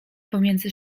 pomiędzy